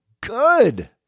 good